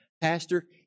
Pastor